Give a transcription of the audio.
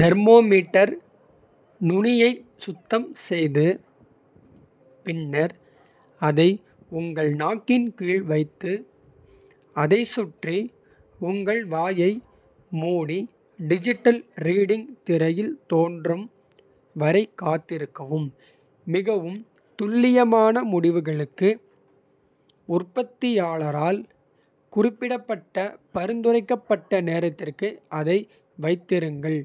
தெர்மோமீட்டர் நுனியைச் சுத்தம் செய்து. பின்னர் அதை உங்கள் நாக்கின் கீழ் வைத்து. அதைச் சுற்றி உங்கள் வாயை மூடி. டிஜிட்டல் ரீடிங் திரையில் தோன்றும் வரை. காத்திருக்கவும் மிகவும் துல்லியமான முடிவுகளுக்கு. உற்பத்தியாளரால் குறிப்பிடப்பட்ட பரிந்துரைக்கப்பட்ட. நேரத்திற்கு அதை வைத்திருங்கள்